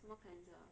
什么 cleanser